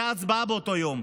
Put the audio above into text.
הייתה הצבעה באותו יום.